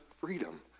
freedom